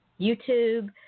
YouTube